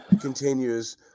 continues